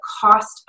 cost